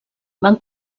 van